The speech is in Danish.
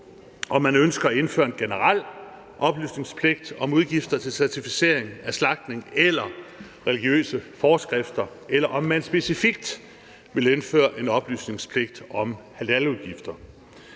om man ønsker at indføre en generel oplysningspligt om udgifter til certificering af slagtning efter religiøse forskrifter, eller om man specifikt vil indføre en oplysningspligt om halaludgifter.